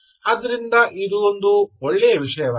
ಆದ್ದರಿಂದ ಇದೊಂದು ಒಳ್ಳೆಯ ವಿಷಯವಾಗಿದೆ